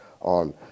on